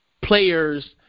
players